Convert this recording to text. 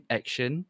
action